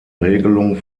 regelung